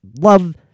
love